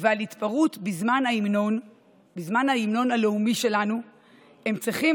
ועל התפרעות בזמן ההמנון הלאומי שלנו הם צריכים